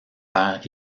père